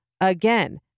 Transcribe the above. again